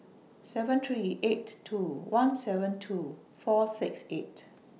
seven three eight two one seven two four six eight